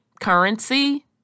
Currency